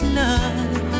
love